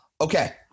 Okay